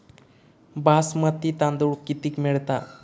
बासमती तांदूळ कितीक मिळता?